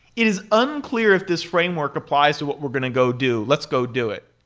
it is unclear if this framework applies to what we're going to go do. let's go do it.